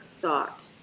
thought